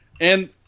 And-